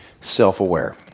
self-aware